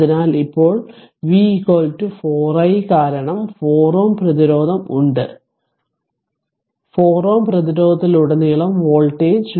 അതിനാൽ ഇപ്പോൾ V 4 i കാരണം 4 Ω പ്രതിരോധം ഉണ്ട് അതിനാൽ 4 Ω പ്രതിരോധത്തിലുടനീളം വോൾട്ടേജ് V 4 i ആണ്